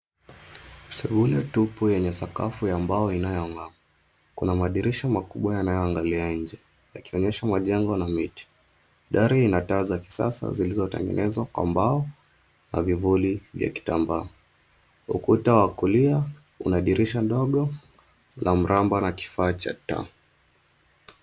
Sebule tupu yenye sakafu ya mbao inayong'aa. Kuna madirisha makubwa yanaoangalia nje yakionyesha majengo na miti. Dari ina taa za kisasa zilizotengenezwa kwa mbao na vivuli vya kitambaa. Ukuta wa kulia una dirisha ndogo la mraba na kifaa cha taa.